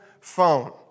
phone